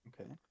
Okay